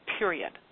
period